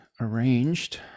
arranged